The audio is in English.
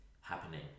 happening